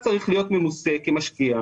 אני ציינתי פה שורה של ענפי קרנות השקעה: